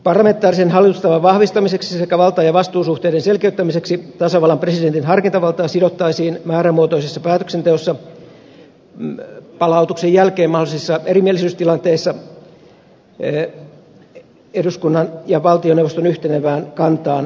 parlamentaarisen hallitustavan vahvistamiseksi sekä valta ja vastuusuhteiden selkeyttämiseksi tasavallan presidentin harkintavaltaa sidottaisiin määrämuotoisessa päätöksenteossa palautuksen jälkeen mahdollisissa erimielisyystilanteissa eduskunnan ja valtioneuvoston yhtenevään kantaan pohjaavaksi